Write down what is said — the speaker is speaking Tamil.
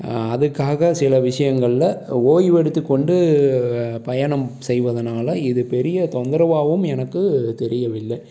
அதுக்காக சில விஷயங்கள்ல ஓய்வெடுத்துக் கொண்டு பயணம் செய்வதனால் இது பெரிய தொந்தரவாகவும் எனக்கு தெரியவில்லை